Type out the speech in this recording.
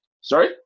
Sorry